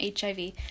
HIV